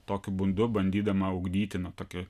tokiu būdu bandydama ugdyti na tokį